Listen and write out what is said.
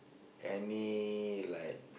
any like